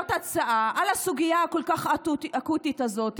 מעלות הצעה על הסוגיה הכל-כך אקוטית הזאת,